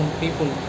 people